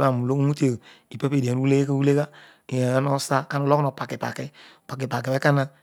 lotharii uro inte obho ipapedian o lo llle kule gha edian lisa kamm logh opakipaki opakipaki obho ekona.